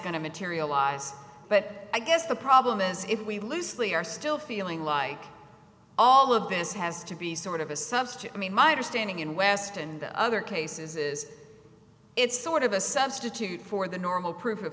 going to materialize but i guess the problem is if we loosely are still feeling like all of this has to be sort of a substitute i mean my understanding in west and the other cases it's sort of a substitute for the normal proof of